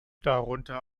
darunter